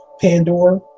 Pandora